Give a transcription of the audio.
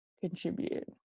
contribute